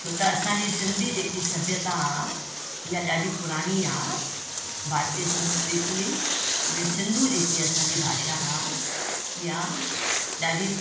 छोत असांजी सिंधी जेकी सभ्यता आहे इहा ॾाढी पुराणी आहे भारतीय संस्कृति इवन सिंधू जेकी असांजी भाषा आहे इहा ॾाढी